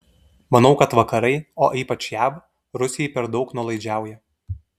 manau kad vakarai o ypač jav rusijai per daug nuolaidžiauja